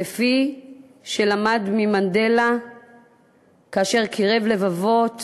כפי שלמד ממנדלה כאשר קירב לבבות